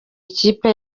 ikipe